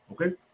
okay